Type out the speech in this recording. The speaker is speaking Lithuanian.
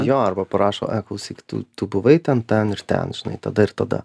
jo arba parašo ė klausyk tu tu buvai ten ten ir ten žinai tada ir tada